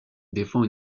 défend